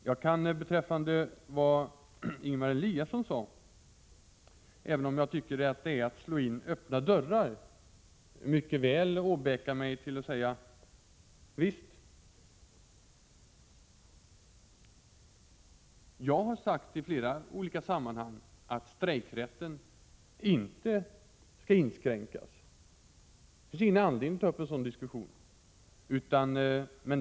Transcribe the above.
Jag har i flera olika sammanhang sagt att strejkrätten inte bör inskränkas. Det kan jag mycket väl åbäka mig och säga också här, till Ingemar Eliasson, även om jag tycker att det är att slå in öppna dörrar. Det finns ingen anledning att ta upp en sådan diskussion.